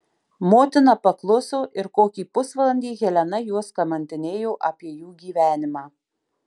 motina pakluso ir kokį pusvalandį helena juos kamantinėjo apie jų gyvenimą